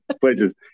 places